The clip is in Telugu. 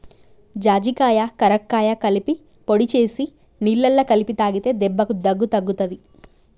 జాజికాయ కరక్కాయ కలిపి పొడి చేసి నీళ్లల్ల కలిపి తాగితే దెబ్బకు దగ్గు తగ్గుతది